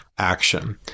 Action